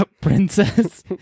Princess